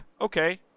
okay